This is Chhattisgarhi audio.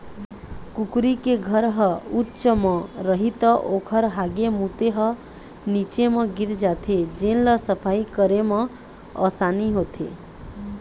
कुकरी के घर ह उच्च म रही त ओखर हागे मूते ह नीचे म गिर जाथे जेन ल सफई करे म असानी होथे